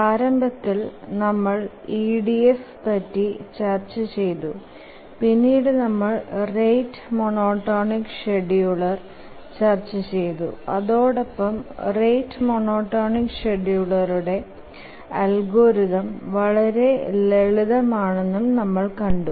പ്രാരംഭത്തിൽ നമ്മൾ EDF പറ്റി ചർച്ച ചെയ്തു പിന്നീട് നമ്മൾ റേറ്റ് മോനോടോണിക് ഷ്ഡ്യൂളർ ചർച്ച ചെയ്തു അതോടൊപ്പം റേറ്റ് മോനോടോണിക് ഷ്ഡ്യൂളറുടെ അൽഗോരിതം വളരെ ലളിതം ആണെന്നും നമ്മൾ കണ്ടു